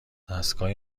دستگاه